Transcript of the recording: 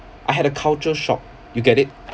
I had a culture shock you get it